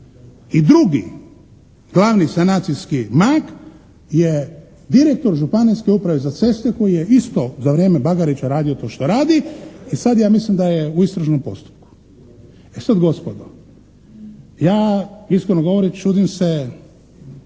i drugi glavni sanacijski mag je direktor Županijske uprave za ceste koji je isto za vrijeme Bagarića radio to što radi i sad ja mislim da je u istražnom postupku. E sad, gospodo, ja iskreno govoreći, čudim se